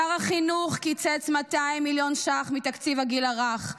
שר החינוך קיצץ 200 מיליון ש"ח מתקציב הגיל הרך,